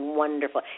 wonderful